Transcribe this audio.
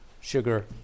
sugar